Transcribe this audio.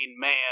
man